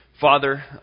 Father